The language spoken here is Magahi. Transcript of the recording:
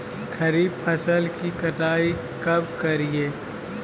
खरीफ फसल की कटाई कब करिये?